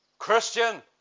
Christian